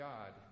God